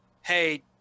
Hey